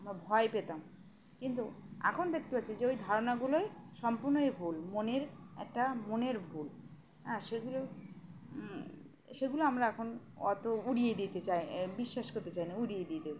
আম ভয় পেতাম কিন্তু এখন দেখতে পাচ্ছি যে ওই ধারণাগুলোই সম্পূর্ণই ভুল মনের একটা মনের ভুল হ্যাঁ সেগুলো সেগুলো আমরা এখন অত উড়িয়ে দিতে চাই বিশ্বাস করতে চাই না উড়িয়ে দিয়েিতে